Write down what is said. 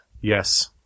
Yes